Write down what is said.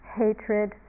hatred